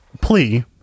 plea